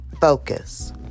focus